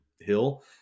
hill